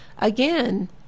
again